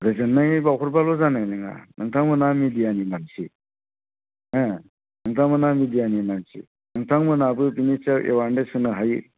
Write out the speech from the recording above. गोजोन्नाय बावहरबाल' जानाय नङा नोंथांमोनहा मेडियानि मानसि हो नोंथांमोनहा मेडियानि मानसि नोंथांमोनहाबो बेनि सायाव एवारनेस होनो हायो